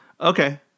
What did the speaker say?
okay